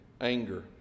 anger